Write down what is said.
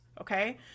Okay